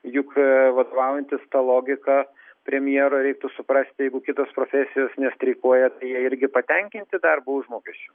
juk vadovautis ta logika premjero reiktų suprasti jeigu kitos profesijos nestreikuoja tai jie irgi patenkinti darbo užmokesčiu